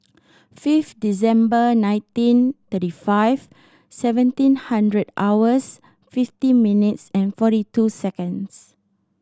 five December nineteen thirty five seventeen hundred hours fifty minutes and forty two seconds